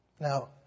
Now